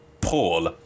Paul